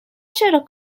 چرا